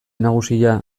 nagusia